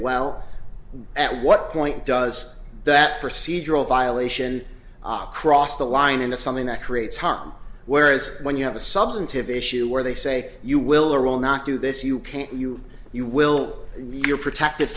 well at what point does that procedural violation cross the line into something that creates harm whereas when you have a substantive issue where they say you will or will not do this you can't you you will you're protected